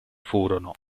furono